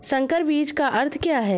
संकर बीज का अर्थ क्या है?